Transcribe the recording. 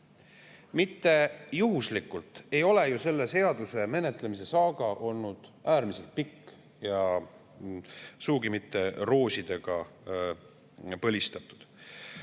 Mitte juhuslikult ei ole ju selle seaduse menetlemise saaga olnud äärmiselt pikk ja sugugi mitte roosidega põlistatud.